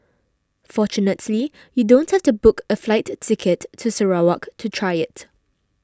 fortunately you don't have to book a flight ticket to Sarawak to try it